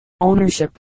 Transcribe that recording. ownership